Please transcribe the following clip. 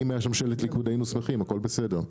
אם היה שם שלט ליכוד היינו שמחים הכול בסדר,